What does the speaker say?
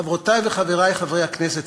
חברותי וחברי חברי הכנסת,